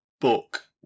book